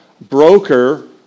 broker